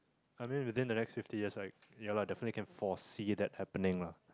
I mean within the next fifty years right ya ah definitely can foresee that happening ah